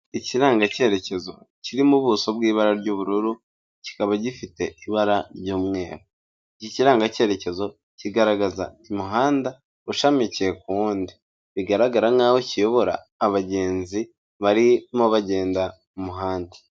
Ikirangacyeyerekezo kiri mu buso bw'ibara ry'ubururu, kikaba gifite ibara ry'umweru, iki kiranga cyeyerekezo kigaragaza umuhanda ushamikiye ku wundi, bigaragara nk'aho kiyobora abagenzi barimo bagenda mu handi.